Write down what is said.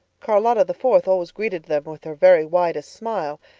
charlotta the fourth always greeted them with her very widest smile.